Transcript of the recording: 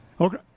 Okay